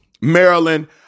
Maryland